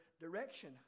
direction